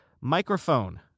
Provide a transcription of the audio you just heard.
microphone